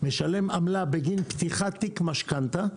משלם עמלה בגין פתיחת תיק משכנתא,